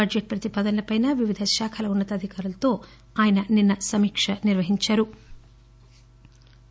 budget ప్రతిపాదనలపై వివిధ శాఖల ఉన్నతాధికారులతో ఆయన నిన్న సమీకక జరిపారు